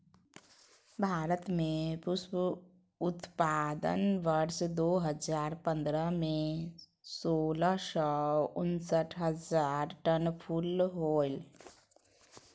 भारत में पुष्प उत्पादन वर्ष दो हजार पंद्रह में, सोलह सौ उनसठ हजार टन फूल होलय